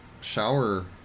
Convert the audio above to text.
shower